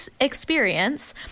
experience